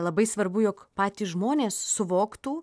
labai svarbu jog patys žmonės suvoktų